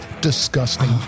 disgusting